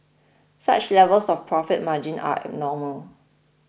such levels of profit margin are abnormal